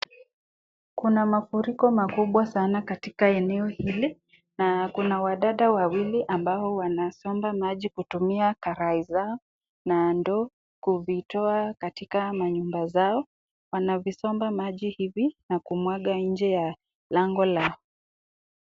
Kuna mafuriko makubwa sana katika eneo hili, na kuna wadada wawili ambao wanasomba maji kutumia karai zao, na ndoo, kuvitoa katika manyumba zao ,wanavisomba maji hivi na kumwaga nje ya lango lao.